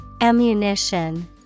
Ammunition